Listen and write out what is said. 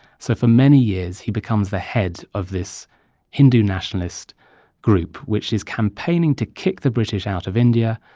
so for many years, he becomes the head of this hindu nationalist group which is campaigning to kick the british out of india.